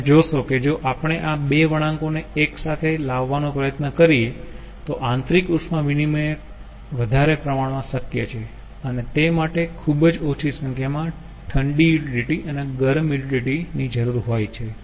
તમે જોશો કે જો આપણે આ બે વણાંકો ને એક સાથે લાવવાનો પ્રયત્ન કરીએ તો આંતરિક ઉષ્મા વિનીમય વધારે પ્રમાણમાં શક્ય છે અને તે માટે ખૂબ જ ઓછી સંખ્યામાં ઠંડી યુટીલીટી અને ગરમ યુટીલીટી ની જરૂરી હોય છે